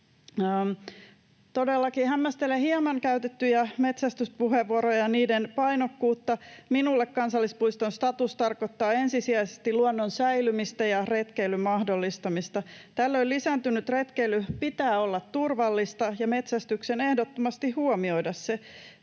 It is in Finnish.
Todellakin hämmästelen hieman käytettyjä metsästyspuheenvuoroja ja niiden painokkuutta. Minulle kansallispuiston status tarkoittaa ensisijaisesti luonnon säilymistä ja retkeilyn mahdollistamista. Tällöin lisääntyneen retkeilyn pitää olla turvallista ja metsästyksen ehdottomasti huomioida se.